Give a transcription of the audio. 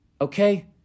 Okay